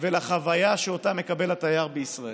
ולחוויה שאותה מקבל התייר בישראל.